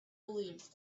believed